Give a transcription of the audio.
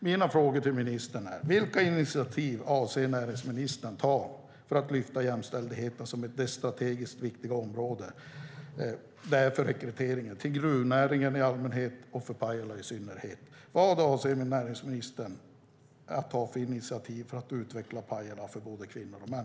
Mina frågor till ministern är: Vilka initiativ avser näringsministern att ta för att lyfta fram jämställdheten som det strategiskt viktiga område det är för rekryteringen till gruvnäringen i allmänhet och för Pajala i synnerhet? Vad avser näringsministern att ta för initiativ för att utveckla Pajala för både kvinnor och män?